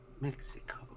Mexico